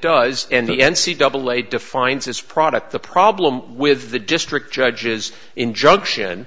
does and the n c double a defines its product the problem with the district judges injunction